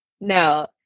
no